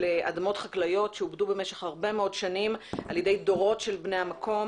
אדמות חקלאיות שעובדו במשך הרבה מאוד שנים על ידי דורות של בני המקום.